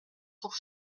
pour